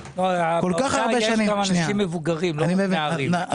באוצר יש גם אנשים מבוגרים, לא רק נערים.